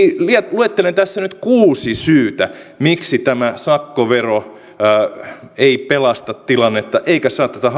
luettelen nyt kuusi syytä miksi tämä sakkovero ei pelasta tilannetta eikä saa tätä